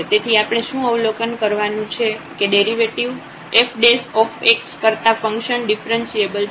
તેથી આપણે શું અવલોકન કરવાનું છે કે ડેરિવેટિવ f કરતા ફંકશન ડિફ્રન્સિએબલ છે